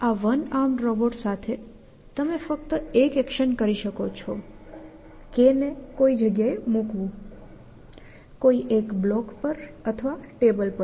તેથી આ one arm robot સાથે તમે ફક્ત એક એક્શન કરી શકો છો K ને કોઈ જગ્યા એ મૂકવું કોઈ એક બ્લોક પર અથવા ટેબલ પર